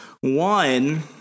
One